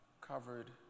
covered